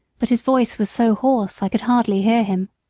but his voice was so hoarse i could hardly hear him.